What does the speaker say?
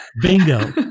bingo